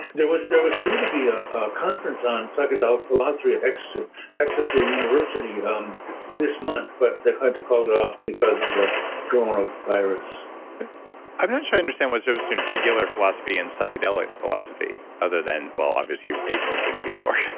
there was there was due to be ah a conference on psychedelic philosophy at exeter exeter university um this month, but they had to call it off because of the coronavirus i'm sure i understand what mean regular philosophy and psychedelic philosophy other than, well, obviously, you ate something before